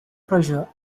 pressure